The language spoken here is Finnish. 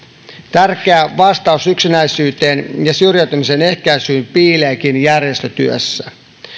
tärkeä vastaus yksinäisyyteen ja syrjäytymisen ehkäisyyn piileekin järjestötyössä